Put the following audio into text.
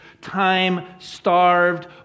time-starved